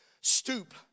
Stoop